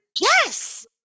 Yes